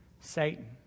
Satan